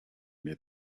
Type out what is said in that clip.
near